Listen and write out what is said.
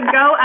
go